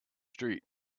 street